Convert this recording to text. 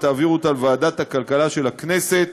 ותעבירו אותה לוועדת הכלכלה של הכנסת